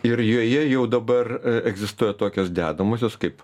ir joje jau dabar egzistuoja tokios dedamosios kaip